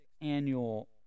annual